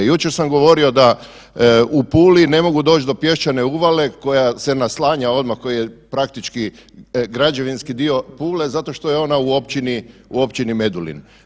Jučer sam govorio da u Puli ne mogu doć do pješčane uvale koja se naslanja odmah koji je praktički građevinski dio Pule zato što je ona u općini Medulin.